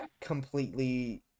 completely